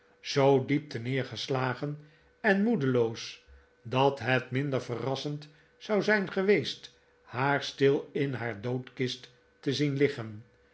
zoo diep terneergeslagen en moedeloos dat het minder verrassend zou zijn geweest haar stil in naar doodkist te zien liggeu